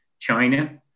China